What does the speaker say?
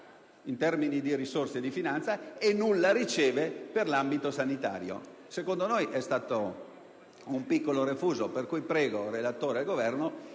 in termini di risorse e di finanza e nulla riceve per l'ambito sanitario. Secondo noi, c'è stato un piccolo refuso. Pertanto, prego il relatore ed il Governo